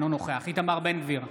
אינו נוכח איתמר בן גביר,